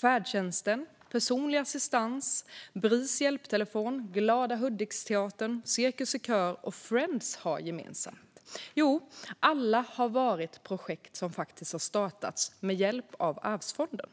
färdtjänsten, personlig assistans, Bris hjälptelefon, Glada Hudik-teatern, Cirkus Cirkör och Friends har gemensamt? Jo, de har alla varit projekt som startats med hjälp av Arvsfonden.